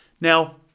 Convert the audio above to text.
Now